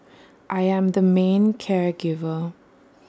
I am the main care giver